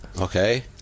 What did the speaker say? okay